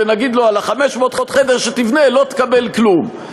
ונגיד לו: על ה-500 חדרים שתבנה לא תקבל כלום,